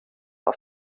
auf